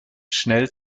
schnell